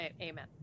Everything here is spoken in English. amen